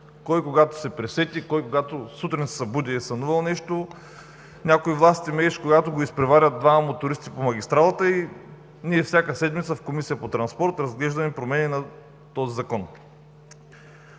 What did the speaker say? Кой, когато се присети, кой, когато сутрин се събуди и е сънувал нещо, някой властимащ, когато го изпреварят двама мотористи по магистралата, и ние всяка седмица в Комисията по транспорт разглеждаме промени на този Закон.